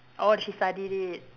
orh she studied it